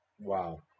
Wow